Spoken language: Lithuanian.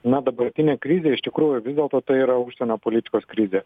na dabartinė krizė iš tikrųjų vis dėlto tai yra užsienio politikos krizė